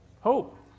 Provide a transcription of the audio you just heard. hope